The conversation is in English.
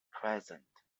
present